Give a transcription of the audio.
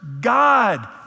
God